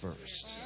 first